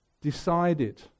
decided